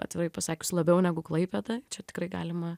atvirai pasakius labiau negu klaipėda čia tikrai galima